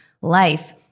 life